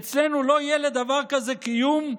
אצלנו לא יהיה לדבר כזה קיום.